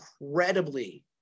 incredibly